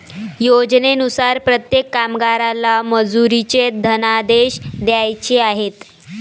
योजनेनुसार प्रत्येक कामगाराला मजुरीचे धनादेश द्यायचे आहेत